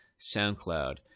SoundCloud